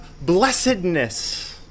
blessedness